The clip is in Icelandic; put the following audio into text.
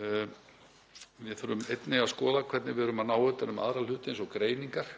Við þurfum einnig að skoða hvernig við erum að ná utan um aðra hluti eins og greiningar